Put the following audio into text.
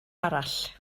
arall